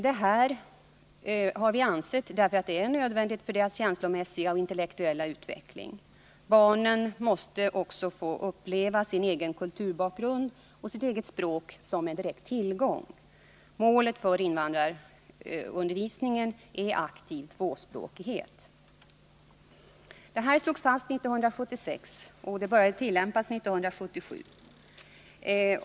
Detta är nödvändigt för barnens känslomässiga och intellektuella utveckling. Barnen måste också få uppleva sin egen kulturbakgrund och sitt eget språk som en direkt tillgång. Målet för undervisningen av invandrarbarnen är aktiv tvåspråkighet. Detta slogs fast 1976 och började tillämpas 1977.